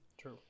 True